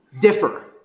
differ